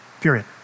Period